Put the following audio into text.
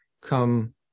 come